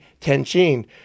tenchin